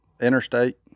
Interstate